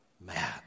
mad